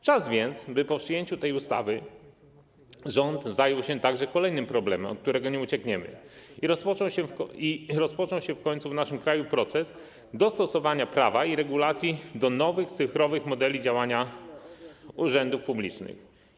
Czas więc, by po przyjęciu tej ustawy rząd zajął się także kolejnym problemem, od którego nie uciekniemy, i by rozpoczął się w końcu w naszym kraju proces dostosowywania prawa i regulacji do nowych, cyfrowych modeli działania urzędów publicznych.